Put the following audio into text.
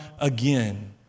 again